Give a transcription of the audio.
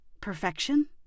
Perfection